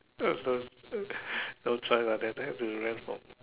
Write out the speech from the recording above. that's the don't try lah that time don't